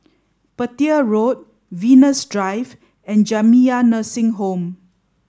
Petir Road Venus Drive and Jamiyah Nursing Home